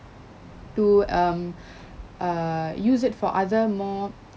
to um err use it for other more